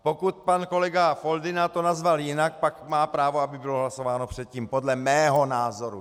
Pokud pan kolega Foldyna to nazval jinak, pak má právo, aby bylo hlasováno předtím podle mého názoru.